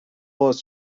باز